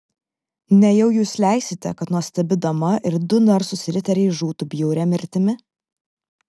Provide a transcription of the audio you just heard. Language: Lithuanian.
nejau jūs leisite kad nuostabi dama ir du narsūs riteriai žūtų bjauria mirtimi